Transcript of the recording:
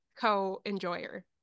co-enjoyer